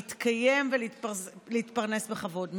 להתקיים ולהתפרנס בכבוד.